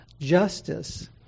justice